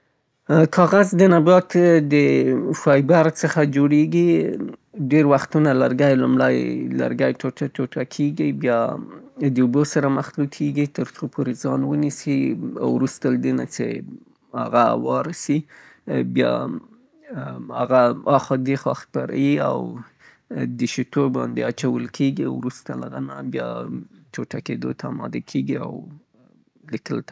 کاغذ د لرګیو نه جوړیږي، البته لرګي ټوټه ټوټه کیږي او پخیږي، بیا په فایبرونو باندې بدلیږي، بیا دا ریسشې له اوبو سره مخلوطیږي، په سیلري بدلیږي او سیلري د اوبو وچولو د پاره په سکرینونو کې اچول کیږي. کله چه وچ سه بیا د هغه نه د کاغذ پاڼې جوړیږي.